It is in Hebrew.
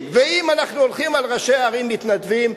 ואם אנחנו הולכים על ראשי ערים מתנדבים,